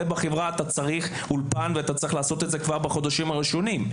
בחברה אתה צריך אולפן ואתה צריך לעשות את זה כבר בחודשים הראשונים.